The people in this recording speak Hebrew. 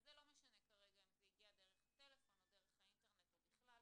וזה לא משנה כרגע אם זה הגיע דרך הטלפון או דרך האינטרנט או בכלל.